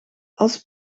als